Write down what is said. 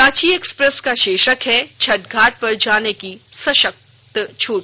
Ranchi express का शीर्षक है छठ घाट पर जाने की सशक्त छूट